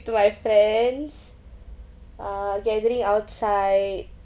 to my friends uh gathering outside